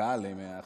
עכשיו זה מתבקש.